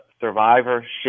survivorship